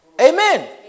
Amen